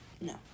No